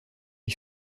lui